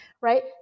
right